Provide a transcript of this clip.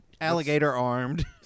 alligator-armed